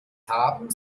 haben